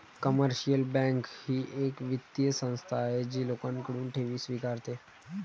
commercial bank ही एक वित्तीय संस्था आहे जी लोकांकडून ठेवी स्वीकारते